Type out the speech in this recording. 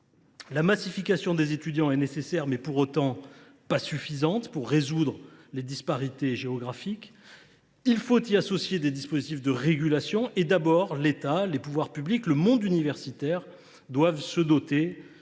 La massification des étudiants est nécessaire, mais elle n’est pas suffisante pour résoudre les disparités géographiques. Il faut y associer des dispositifs de régulation : l’État, les pouvoirs publics et le monde universitaire doivent se doter